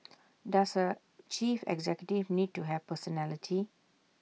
does A chief executive need to have personality